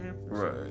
right